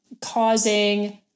causing